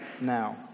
now